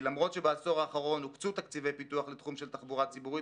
למרות שבעשור האחרון הוקצו תקציבי פיתוח לתחום של תחבורה ציבורית,